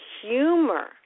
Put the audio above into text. humor